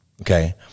okay